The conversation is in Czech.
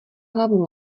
hlavu